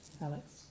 Alex